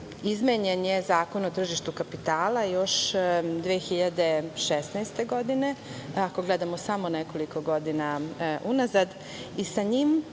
izmenjen je Zakon o tržištu kapitala još 2016. godine, ako gledamo samo nekoliko godina unazad. Sa tim